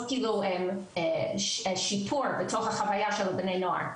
כאילו שיפור בתוך החוויה של בני הנוער.